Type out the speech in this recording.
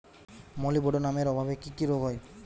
মলিবডোনামের অভাবে কি কি রোগ হয়?